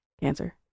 cancer